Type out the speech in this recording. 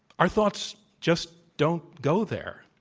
our thoughts just don't go there,